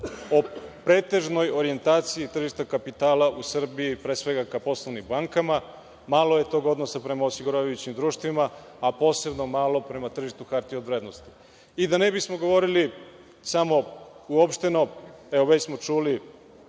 o pretežnoj orijentaciji tržišta kapitala u Srbiji, pre svega ka poslovnim bankama. Malo je tog odnosa prema osiguravajućim društvima, a posebno malo prema tržištu hartija od vrednosti. Da ne bismo govorili samo uopšteno, već smo čuli